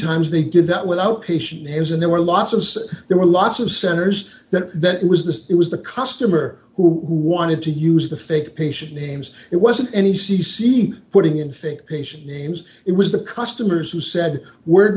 times they did that without patient his and there were lots of there were lots of centers that that it was the it was the customer who wanted to use the fake patient names it wasn't any c c putting in fake patients names it was the customers who said we're